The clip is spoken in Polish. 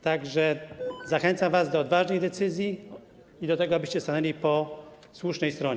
Tak że zachęcam Was do odważnej decyzji i do tego, abyście stanęli po słusznej stronie.